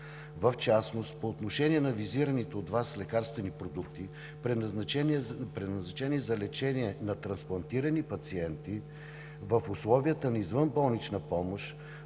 В частност, по отношение на визираните от Вас лекарствени продукти, предназначени за лечение на трансплантирани пациенти в условията на извънболнична помощ,